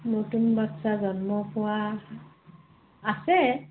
নতুন বাচ্ছা জন্ম পোৱা আছে